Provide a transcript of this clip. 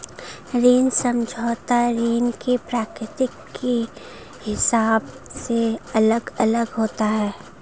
ऋण समझौता ऋण की प्रकृति के हिसाब से अलग अलग होता है